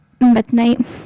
midnight